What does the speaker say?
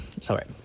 sorry